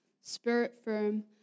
spirit-firm